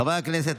חברי הכנסת,